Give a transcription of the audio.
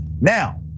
Now